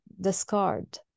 discard